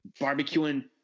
Barbecuing